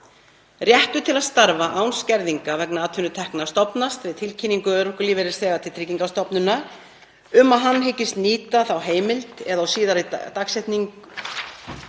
Réttur til að starfa án skerðinga vegna atvinnutekna stofnast við tilkynningu örorkulífeyrisþega til Tryggingastofnunar um að hann hyggist nýta þá heimild eða á síðari dagsetningu